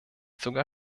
sogar